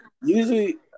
usually